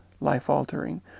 life-altering